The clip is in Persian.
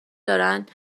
دارند